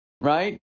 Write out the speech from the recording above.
right